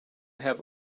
have